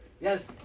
yes